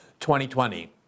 2020